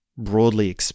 broadly